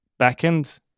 backend